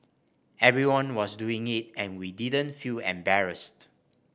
everyone was doing it and we didn't feel embarrassed